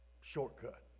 shortcut